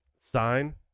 sign